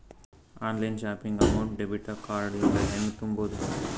Online shopping amount debit card ಇಂದ ಹೆಂಗ್ ತುಂಬೊದು?